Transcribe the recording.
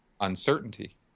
uncertainty